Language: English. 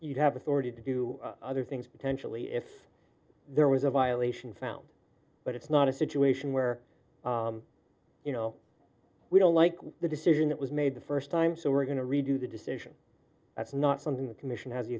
you have authority to do other things potentially if there was a violation found but it's not a situation where you know we don't like the decision that was made the first time so we're going to redo the decision that's not something the commission has the